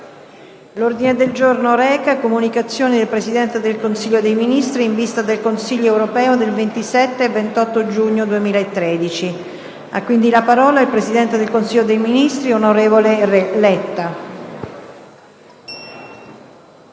L'ordine del giorno reca: «Comunicazioni del Presidente del Consiglio dei Ministri in vista del Consiglio europeo del 27 e 28 giugno 2013». Ha facoltà di parlare il presidente del Consiglio dei ministri, onorevole Enrico